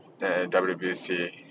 WBC